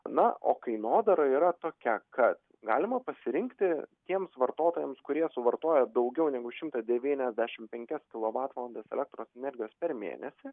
na o kainodara yra tokia kad galima pasirinkti tiems vartotojams kurie suvartoja daugiau negu šimtą devyniasdešim penkias kilovatvalandes elektros energijos per mėnesį